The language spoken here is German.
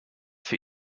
für